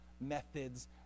methods